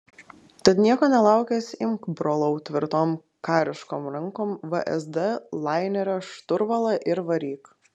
tad nieko nelaukęs imk brolau tvirtom kariškom rankom vsd lainerio šturvalą ir varyk